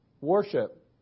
Worship